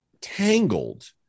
tangled